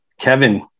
Kevin